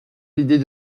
l’idée